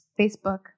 Facebook